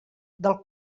del